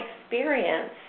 experience